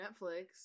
netflix